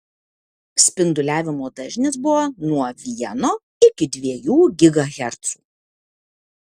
spinduliavimo dažnis buvo nuo vieno iki dviejų gigahercų